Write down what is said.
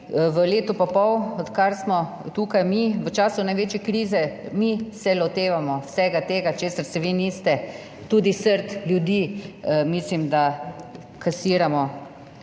v letu pa pol, odkar smo tukaj mi, v času največje krize mi se lotevamo vsega tega, česar se vi niste. Tudi srd ljudi mislim, da kasiramo